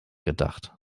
gedacht